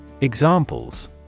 Examples